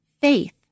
faith